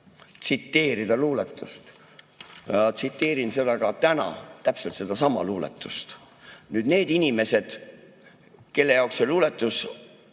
tsiteerida luuletust. Tsiteerin seda ka täna, täpselt sedasama luuletust. Need inimesed, kelle jaoks see luuletus